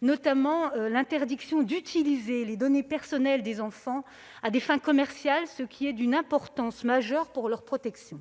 notamment l'interdiction d'utiliser les données personnelles des enfants à des fins commerciales, ce qui est essentiel pour leur protection